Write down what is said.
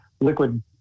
liquid